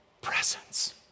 presence